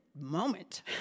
moment